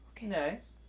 Nice